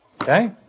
Okay